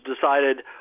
decided